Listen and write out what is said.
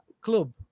club